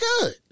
good